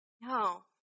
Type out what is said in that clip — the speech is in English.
No